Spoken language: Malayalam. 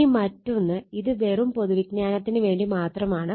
ഇനി മറ്റൊന്ന് ഇത് വെറും പൊതു വിജ്ഞാനത്തിന് വേണ്ടി മാത്രമാണ്